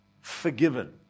forgiven